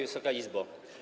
Wysoka Izbo!